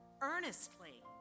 Earnestly